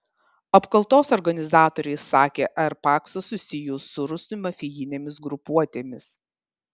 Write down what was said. apkaltos organizatoriai sakė r paksą susijus su rusų mafijinėmis grupuotėmis